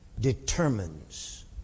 determines